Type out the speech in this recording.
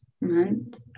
month